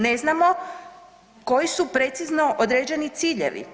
Ne znamo koji su precizno određeni ciljevi.